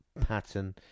pattern